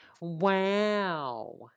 Wow